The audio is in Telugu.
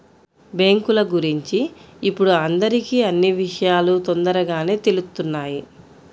బ్యేంకుల గురించి ఇప్పుడు అందరికీ అన్నీ విషయాలూ తొందరగానే తెలుత్తున్నాయి